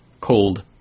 Cold